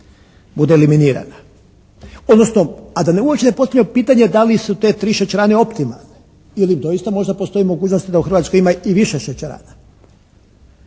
bude eliminirana, odnosno a da uopće ne postavljamo pitanje da li su te tri šećerane optimalne ili doista možda postoji mogućnost da u Hrvatskoj ima i više šećerana,